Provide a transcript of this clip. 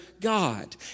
God